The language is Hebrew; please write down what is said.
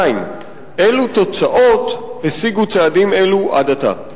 2. אילו תוצאות השיגו צעדים אלו עד עתה?